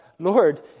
Lord